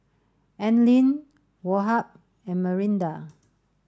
Anlene Woh Hup and Mirinda